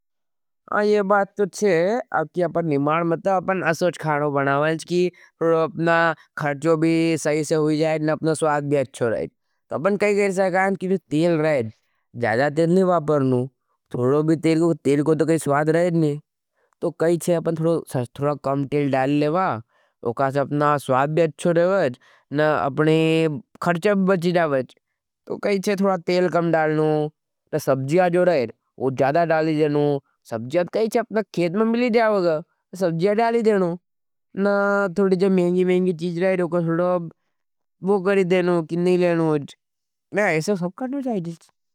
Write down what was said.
हाँ ये बात तो छे, अकी अपना निमाड मता अपना असोच खाड़ो बनावाईश की थोड़ो अपना खर्चो भी सही से हुई जाएँ न अपना स्वाद भी अच्छो रहें। तोड़ो भी तेल को थोड़ा कम तेल डाल लेवा उकास अपना स्वाद भी अच्छो रहें न अपने खर्चो भी बची जाएँ। न तोड़ो थोड़ा तेल कम डालनू न सबजिया जो डाले जेनू, सबजिया तो कही था अपना खेत में बिली जाओगा। सबजिया डाले देनू, न थोड़ी जा मेहंगी मेहंगी चीज रहे लोगा। थोड़ो वो करे देनू, किन नहीं लेनू अच्छू, न ऐसे सब करने जाएँ जाएँ जाएँ जाएँ।